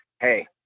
Hey